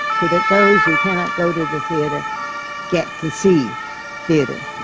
so that those who can not go to the theatre get to see theatre.